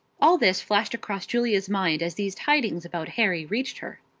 all this flashed across julia's mind as these tidings about harry reached her.